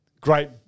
great